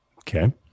Okay